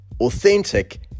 authentic